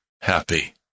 happy